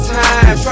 time